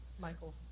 Michael